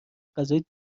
غذای